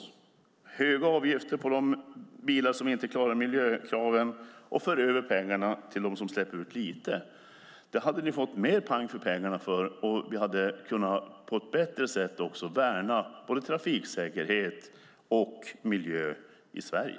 Med höga avgifter på de bilar som inte klarar miljökraven och överföring av pengarna till dem som släpper ut lite hade ni fått mer pang för pengarna och vi hade på ett bättre sätt kunnat värna både trafiksäkerhet och miljö i Sverige.